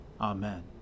Amen